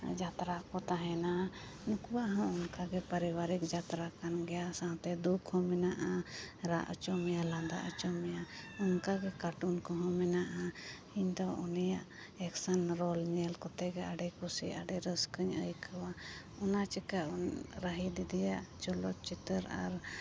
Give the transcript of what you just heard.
ᱡᱟᱛᱨᱟ ᱠᱚ ᱛᱟᱦᱮᱱᱟ ᱱᱩᱠᱩᱣᱟᱜ ᱦᱚᱸ ᱚᱱᱠᱟᱜᱮ ᱯᱟᱨᱤᱵᱟᱨᱤᱠ ᱡᱟᱛᱨᱟ ᱠᱟᱱ ᱜᱮᱭᱟ ᱥᱟᱶᱛᱮ ᱫᱩᱠ ᱦᱚᱸ ᱢᱮᱱᱟᱜᱼᱟ ᱨᱟᱜ ᱦᱚᱪᱚ ᱢᱮᱭᱟᱭ ᱞᱟᱸᱫᱟ ᱦᱚᱪᱚ ᱢᱮᱭᱟᱭ ᱚᱱᱠᱟᱜᱮ ᱠᱟᱴᱩᱱ ᱠᱚᱦᱚᱸ ᱢᱮᱱᱟᱜᱼᱟ ᱤᱧ ᱫᱚ ᱩᱱᱤᱭᱟᱜ ᱮᱠᱥᱮᱱ ᱨᱳᱞ ᱧᱮᱞ ᱠᱚᱛᱮᱜᱮ ᱟᱹᱰᱤ ᱠᱩᱥᱤ ᱟᱹᱰᱤ ᱨᱟᱹᱥᱠᱟᱹᱧ ᱟᱹᱭᱠᱟᱹᱣᱟ ᱚᱱᱟ ᱪᱤᱠᱟᱹ ᱩᱱ ᱨᱟᱦᱤ ᱫᱤᱫᱤᱭᱟᱜ ᱪᱚᱞᱚᱛ ᱪᱤᱛᱟᱹᱨ ᱟᱨ